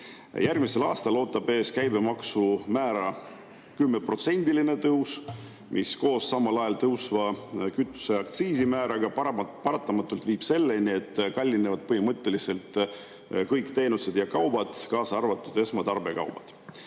Järgmisel aastal ootab ees käibemaksumäära 10%‑line tõus, mis koos samal ajal tõusva kütuseaktsiisimääraga viib paratamatult selleni, et kallinevad põhimõtteliselt kõik teenused ja kaubad, kaasa arvatud esmatarbekaubad.